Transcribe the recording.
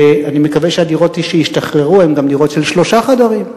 ואני מקווה שהדירות שישתחררו הן גם דירות של שלושה חדרים.